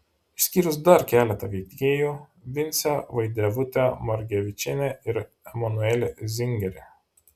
išskyrus dar keletą veikėjų vincę vaidevutę margevičienę ir emanuelį zingerį